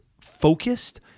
focused